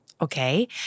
Okay